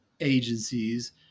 agencies